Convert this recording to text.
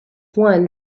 one